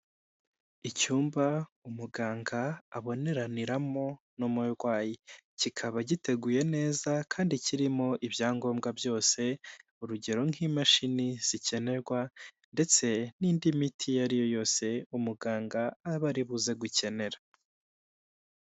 Icyumba umuganga aboneraniramo n'umurwayi, kikaba giteguye neza kandi kirimo ibyangombwa byose, urugero nk'imashini zikenerwa, ndetse n'indi miti iyo ari yo yose, umuganga aba aribuze gukenera.